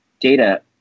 data